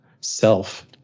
self